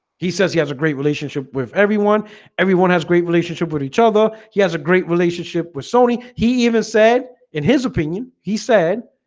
he says he has a great relationship with everyone everyone has great relationship with each other. he has a great relationship with sony. he even said in his opinion he said